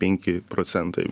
penki procentai